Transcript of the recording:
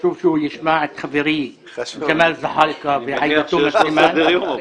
חשוב שהוא ישמע את חברי ג'מאל זחלקה ועאידה תומא סלימאן.